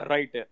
Right